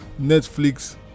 netflix